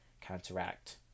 counteract